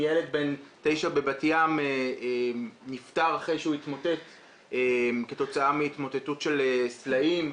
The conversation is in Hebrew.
ילד בן תשע בבת ים נפטר אחרי שהוא התמוטט כתוצאה מהתמוטטות של סלעים.